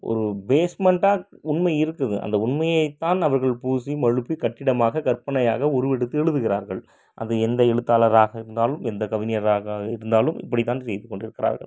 ஒரு பேஸ்மண்ட்டா உண்மை இருக்குது அந்த உண்மையை தான் அவர்கள் பூசி மழுப்பி கட்டிடமாக கற்பனையாக உருவெடுத்து எழுதுகிறார்கள் அது எந்த எழுத்தாளராக இருந்தாலும் எந்த கவிஞராக இருந்தாலும் இப்படி தான் செய்துக்கொண்டு இருக்கிறார்கள்